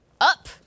up